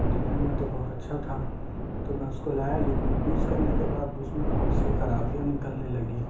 دیکھنے میں تو بہت اچھا تھا تو میں اس کو لایا لیکن یوز کرنے کے بعد اس میں بہت سی خرابیاں نکلنے لگی